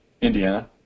Indiana